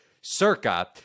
Circa